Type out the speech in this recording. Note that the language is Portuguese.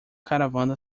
caravana